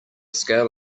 scale